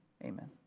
Amen